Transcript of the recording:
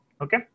okay